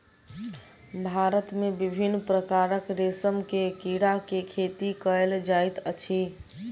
भारत मे विभिन्न प्रकारक रेशम के कीड़ा के खेती कयल जाइत अछि